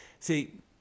See